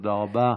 תודה רבה.